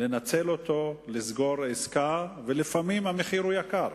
לנצל אותו כדי לסגור עסקה, ולפעמים המחיר יקר.